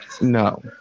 no